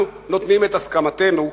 נותנים את הסכמתנו,